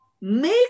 make